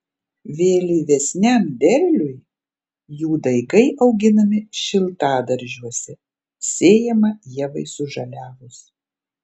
vėlyvesniam derliui jų daigai auginami šiltadaržiuose sėjama ievai sužaliavus